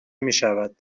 میشود